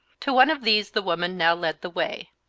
to one of these the woman now led the way.